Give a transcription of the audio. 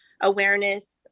awareness